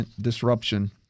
disruption